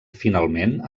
finalment